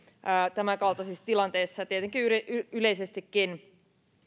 tämänkaltaisissa tilanteissa ja tietenkin yleisestikin